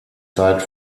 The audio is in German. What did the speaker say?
zeit